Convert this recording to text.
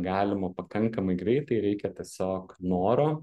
galima pakankamai greitai reikia tiesiog noro